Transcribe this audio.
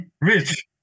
rich